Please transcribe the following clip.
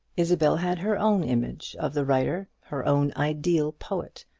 isabel had her own image of the writer her own ideal poet,